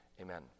Amen